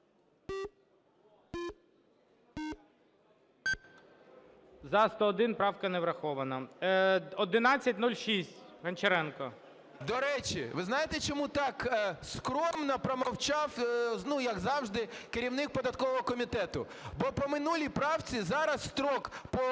За-101 Правка не врахована. 1106, Гончаренко. 13:21:41 ГОНЧАРЕНКО О.О. До речі, ви знаєте, чому так скромно промовчав, ну, як завжди, керівник податкового комітету? Бо по минулій правці зараз строк по